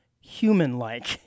human-like